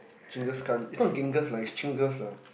Genghis-Khan it's not Genghis lah it's Genghis lah